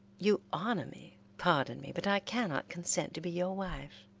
you honor me, pardon me, but i cannot consent to be your wife.